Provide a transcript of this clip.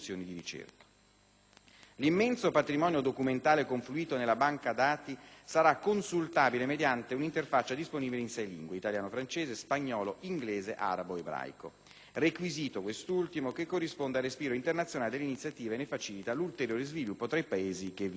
L'immenso patrimonio documentale confluito nella banca dati sarà consultabile mediante un'interfaccia disponibile in sei lingue (italiano, francese, spagnolo, inglese, arabo, ebraico), requisito, quest'ultimo, che corrisponde al respiro internazionale dell'iniziativa e ne facilita l'ulteriore sviluppo tra i Paesi che vi aderiscono.